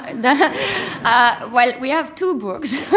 and well, we have two books.